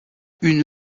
une